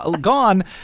gone